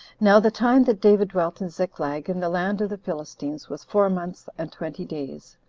now the time that david dwelt in ziklag, in the land of the philistines, was four months and twenty days.